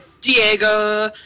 Diego